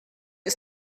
ist